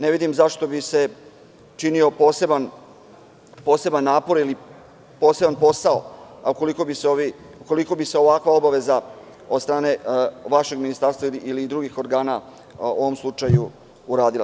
Ne vidim zašto bi se činio poseban napor ili poseban posao ukoliko bi se ovakva obaveza od strane vašeg ministarstva ili drugih organa u ovom slučaju uradila.